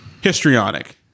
Histrionic